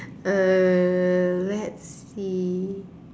uh let's see